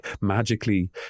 magically